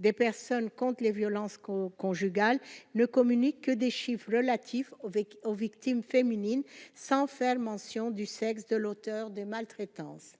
des personnes compte les violences qu'on conjugale ne communique des chiffres relatifs au aux victimes féminines sans faire mention du sexe de l'auteur de maltraitance,